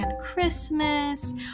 christmas